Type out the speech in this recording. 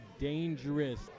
dangerous